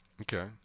Okay